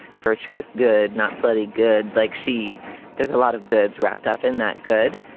virtuous, good, not slutty good. like she there's a lot of goods wrapped up in that good.